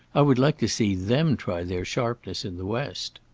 i would like to see them try their sharpness in the west.